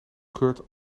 keurt